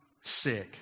sick